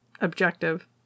objective